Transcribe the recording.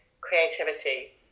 creativity